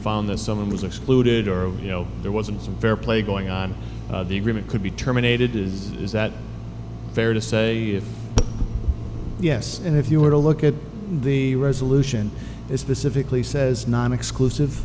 found that some of these are excluded or you know there wasn't some very play going on the agreement could be terminated is is that fair to say yes and if you were to look at the resolution is specifically says non exclusive